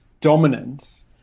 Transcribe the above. dominance